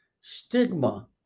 stigma